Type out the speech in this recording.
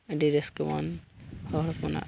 ᱟᱹᱰᱤ ᱨᱟᱹᱥᱠᱟᱹᱣᱟᱱ ᱦᱚᱲ ᱦᱚᱯᱚᱱᱟᱜ